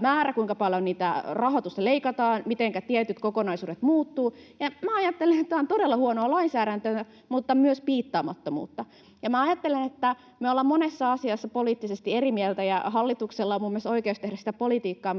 määrä, kuinka paljon sitä rahoitusta leikataan, mitenkä tietyt kokonaisuudet muuttuvat. Minä ajattelen, että tämä on todella huonoa lainsäädäntöä mutta myös piittaamattomuutta. Ja minä ajattelen, että me olemme monessa asiassa poliittisesti eri mieltä, ja hallituksella on minun mielestäni oikeus tehdä sitä politiikkaa,